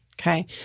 Okay